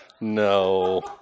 No